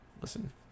listen